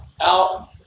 out